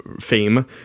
fame